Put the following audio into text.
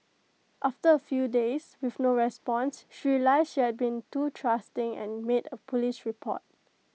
after A few days with no response she realised she had been too trusting and made A Police report